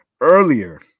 Earlier